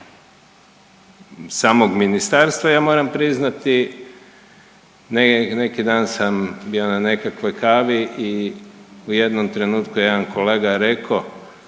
samog ministarstva ja moram priznati neki dan sam bio na nekakvoj kavi i u jednom trenutku jedan kolega je rekao